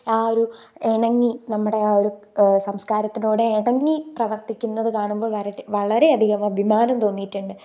ആ ഒരു ഇണങ്ങി നമ്മുടെ ആ ഒരു സംസ്കാരത്തിനോട് ഇണങ്ങി പ്രവർത്തിക്കുന്നത് കാണുമ്പോൾ വരെ വളരെ അധികം അഭിമാനം തോന്നിയിട്ടുണ്ട്